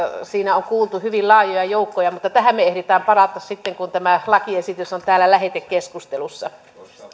siinä on kuultu hyvin laajoja joukkoja mutta tähän me ehdimme palata sitten kun tämä lakiesitys on täällä lähetekeskustelussa